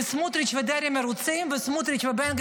וסמוטריץ' ודרעי מרוצים,